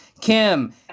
Kim